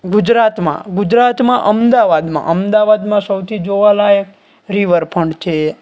ગુજરાતમાં ગુજરાતમાં અમદાવાદમાં અમદાવાદમાં સૌથી જોવાલાયક રિવરફ્ન્ટ છે